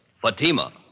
Fatima